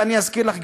ואני אזכיר לך,